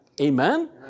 Amen